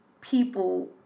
people